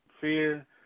fear